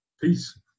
Peace